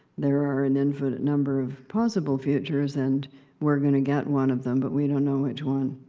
there are an infinite number of possible futures, and we're going to get one of them, but we don't know which one.